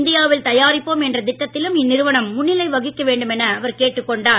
இந்தியாவில் தயாரிப்போம் என்ற திட்டத்திலும் இந்நிறுவனம் முன்னிலை வகிக்க வேண்டும் என அவர் கேட்டுக் கொண்டார்